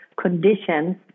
conditions